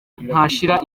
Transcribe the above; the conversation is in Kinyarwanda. ntashira